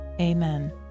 Amen